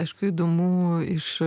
aišku įdomu iš